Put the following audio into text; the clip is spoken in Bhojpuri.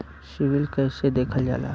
सिविल कैसे देखल जाला?